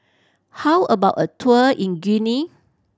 how about a tour in Guinea